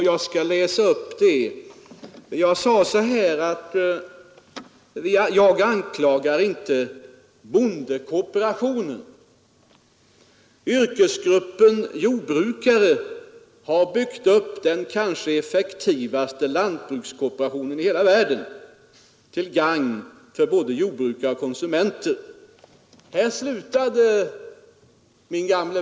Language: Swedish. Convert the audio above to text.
Jag anklagade inte bondekooperationen. Yrkesgruppen jordbrukare har byggt upp den kanske effektivaste lantbrukskooperationen i hela världen, till gagn för både jordbrukare och konsumenter.